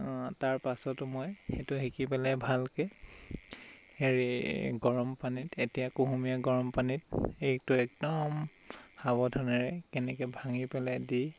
তাৰ পাছতো মই সেইটো শিকি পেলাই ভালকৈ হেৰি গৰম পানীত এতিয়া কুহুমীয়া গৰম পানীত এগটো একদম সাৱধানেৰে কেনেকৈ ভাঙি পেলাই দি